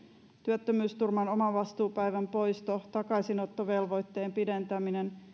työttömyysturvan omavastuupäivän poisto takaisinottovelvoitteen pidentäminen